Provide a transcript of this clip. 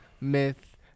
Myth